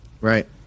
Right